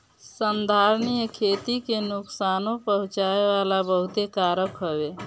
संधारनीय खेती के नुकसानो पहुँचावे वाला बहुते कारक हवे